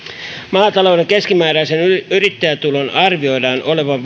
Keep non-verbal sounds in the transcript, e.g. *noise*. maatalouden keskimääräisen yrittäjätulon arvioidaan olevan *unintelligible*